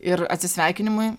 ir atsisveikinimui